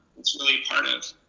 really part of